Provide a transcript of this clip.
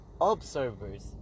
observers